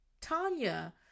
Tanya